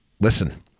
listen